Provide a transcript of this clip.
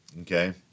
okay